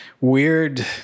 weird